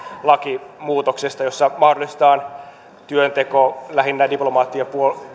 lakimuutoksesta jossa mahdollistetaan työnteko lähinnä diplomaattien